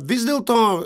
vis dėlto